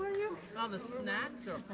you know the snacks are